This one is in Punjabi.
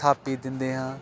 ਥਾਪੀ ਦਿੰਦੇ ਹਾਂ